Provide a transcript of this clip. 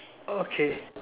okay